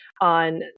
on